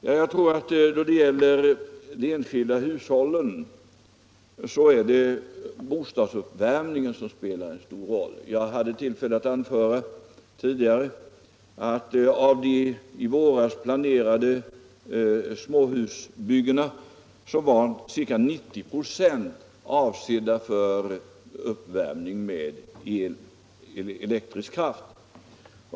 Ja, jag tror att då det gäller de enskilda hushållen är det bostadsuppvärmningen som spelar en stor roll. Jag hade tillfälle att tidigare anföra att av de i våras planerade småhusbyggena var ca 90 96 avsedda för uppvärmning med elektrisk kraft.